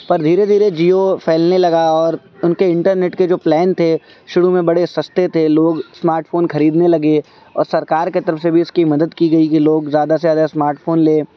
پر دھیرے دھیرے جیو پھیلنے لگا اور ان کے انٹرنیٹ کے جو پلان تھے شروع میں بڑے سستے تھے لوگ اسمارٹ فون خریدنے لگے اور سرکار کے طرف سے بھی اس کی مدد کی گئی کہ لوگ زیادہ سے زیادہ اسمارٹ فون لیں